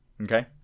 Okay